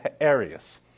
Arius